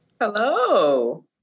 Hello